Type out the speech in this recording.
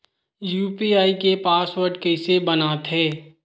UPI के password कइसे बनाथे?